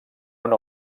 una